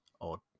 odd